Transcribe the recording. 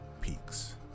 peaks